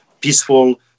peaceful